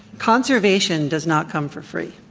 conservation does not come for free.